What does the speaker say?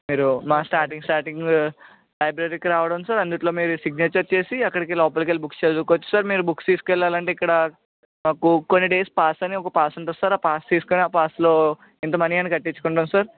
మీరు మా starting starting లైబ్రరీకి రావడం సార్ అందుట్లో మీరు సిగ్నేచర్ చేసి అక్కడికి లోపలికి వెళ్ళి బుక్స్ చదువుకోవచ్చు సార్ మీరు బుక్స్ తీసుకెళ్ళాలంటే ఇక్కడ మాకు కొన్ని డేస్ పాస్ అని ఒక పాస్ ఉంటుంది సార్ ఆ పాస్ తీసుకుని ఆ పాస్లో ఇంత మనీ అని కట్టిచ్చుకుంటాము సార్